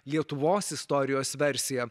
lietuvos istorijos versiją